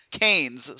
Canes